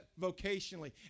vocationally